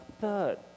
third